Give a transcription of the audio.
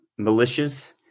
militias